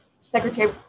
secretary